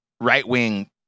right-wing